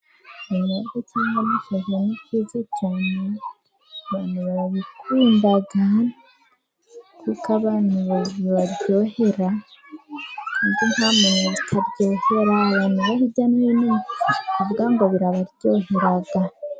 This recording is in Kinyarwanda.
Imyungu cyangwa se ibihaza ni byiza cyane abantu barabikunda kuko abana bibaryohera kandi nta muntu bitaryohera, abantu hirya no hino bavuga ngo birabaryohera.